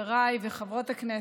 חברי וחברות הכנסת,